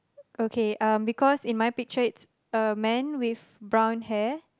okay because in my picture it's a man with brown hair